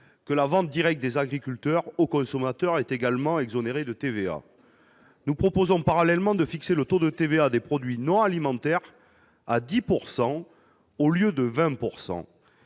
que la vente directe des agriculteurs aux consommateurs est également exonérée de TVA. Nous proposons parallèlement de fixer le taux de TVA des produits non alimentaires à 10 % au lieu de 20 %.